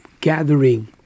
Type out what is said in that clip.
gathering